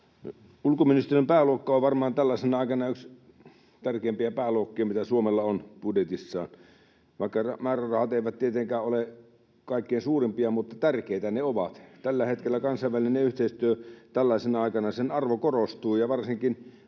Ulkoministeriön pääluokka on varmaan tällaisena aikana yksi tärkeimpiä pääluokkia, mitä Suomella on budjetissaan. Vaikka määrärahat eivät tietenkään ole kaikkein suurimpia, niin tärkeitä ne ovat. Tällä hetkellä, tällaisena aikana kansainvälisen yhteistyön arvo korostuu, ja varsinkin